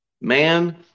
Man